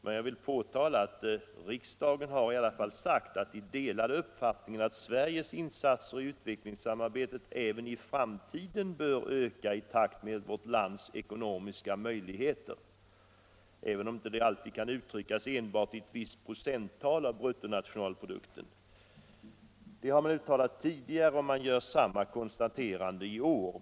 Men jag vill i alla fall peka på att riksdagen har sagt att den delar uppfattningen att Sveriges insatser i utvecklingssamarbetet även i framtiden bör öka i takt med vårt lands ekonomiska möjligheter, även om det inte alltid kan uttryckas i ett visst procenttal grundat på bruttonationalprodukten. Detta har man uttalat tidigare, och vi gör samma konstaterande i år.